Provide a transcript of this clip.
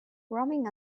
roaming